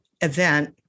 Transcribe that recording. event